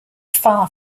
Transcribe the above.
far